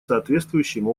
соответствующим